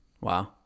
Wow